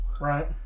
Right